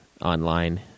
online